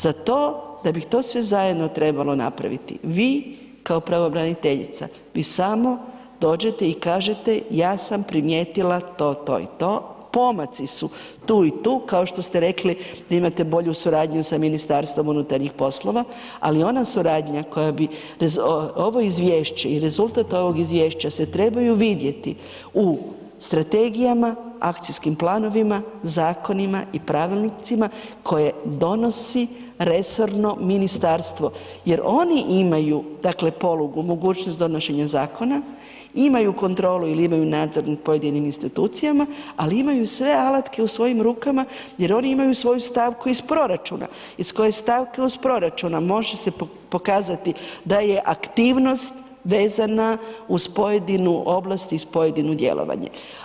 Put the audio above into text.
Za to, da bi to sve zajedno trebalo napraviti, vi kao pravobraniteljica vi samo dođete i kažete ja sam primijetila to, to i to, pomaci su tu i tu, kao što ste rekli da imate bolju suradnju sa MUP-om, ali ona suradnja koja bi ovo izvješće i rezultat ovog izvješća se trebaju vidjeti u strategijama, akcijskim planovima, zakonima i pravilnicima koje donosi resorno ministarstvo jer oni imaju, dakle polugu, mogućnost donošenja zakona, imaju kontrolu ili imaju nadzor nad pojedinim institucijama ali imaju i sve alatke u svojim rukama jer oni imaju svoju stavku iz proračuna iz koje stavke iz proračuna može se pokazati da je aktivnost vezana uz pojedinu oblasti i uz pojedino djelovanje.